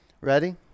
Ready